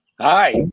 Hi